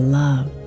love